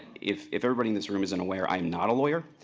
if if everybody in this room isn't aware, i'm not a lawyer